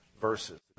verses